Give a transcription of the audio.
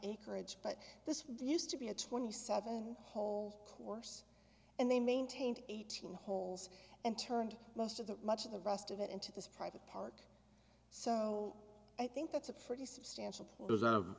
acreage but this used to be a twenty seven hole course and they maintained eighteen holes and turned most of that much of the rest of it into this private park so i think that's a pretty substantial pause